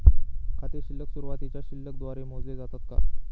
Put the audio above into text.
खाते शिल्लक सुरुवातीच्या शिल्लक द्वारे मोजले जाते का?